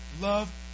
Love